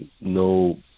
no